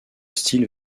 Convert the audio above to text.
style